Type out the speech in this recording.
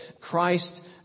Christ